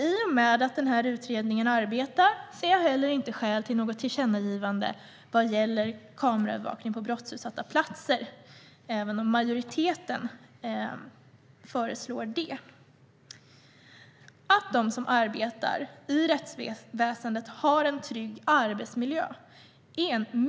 I och med att den utredningen arbetar ser jag inte något skäl för ett tillkännagivande vad gäller kameraövervakning på brottsutsatta platser heller, även om majoriteten föreslår det. Det är mycket viktigt att de som arbetar i rättsväsendet har en trygg arbetsmiljö.